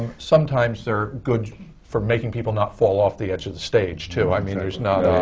sometimes they're good for making people not fall off the edge of the stage, too. i mean there's not